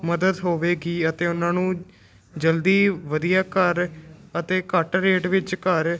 ਮਦਦ ਹੋਵੇਗੀ ਅਤੇ ਉਹਨਾਂ ਨੂੰ ਜਲਦੀ ਵਧੀਆ ਘਰ ਅਤੇ ਘੱਟ ਰੇਟ ਵਿੱਚ ਘਰ